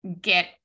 get